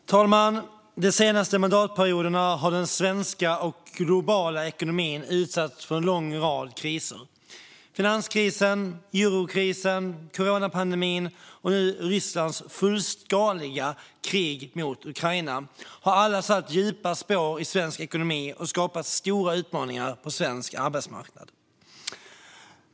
Fru talman! De senaste mandatperioderna har den svenska och globala ekonomin utsatts för en lång rad kriser. Finanskrisen, eurokrisen, coronapandemin och nu Rysslands fullskaliga krig mot Ukraina har alla satt djupa spår i svensk ekonomi och skapat stora utmaningar på svensk arbetsmarknad.